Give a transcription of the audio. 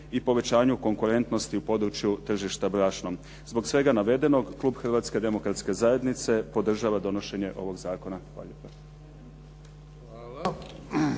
i povećanju konkurentnosti u području tržišta brašnom. Zbog svega navedenog Klub Hrvatske Demokratske Zajednice podržava donošenje ovoga zakona. Hvala